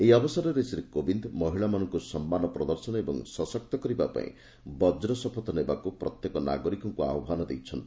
ଏହି ଅବସରରେ ଶ୍ରୀକୋବିନ୍ଦ୍ ମହିଳାମାନଙ୍କୁ ସମ୍ମାନ ପ୍ରଦର୍ଶନ ଓ ସଶକ୍ତ କରିବା ପାଇଁ ବଜ୍ର ଶପଥ ନେବାକୁ ପ୍ରତ୍ୟେକ ନାଗରିକଙ୍କୁ ଆହ୍ୱାନ କରିଛନ୍ତି